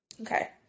Okay